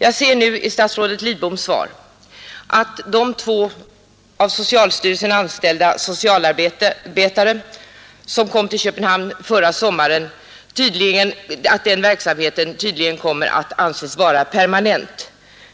Jag ser nu av statsrådet Lidboms svar att den verksamhet som bedrivs av de två av socialstyrelsen anställda socialarbetare som kom till Köpenhamn förra sommaren tydligen avses bli permanent.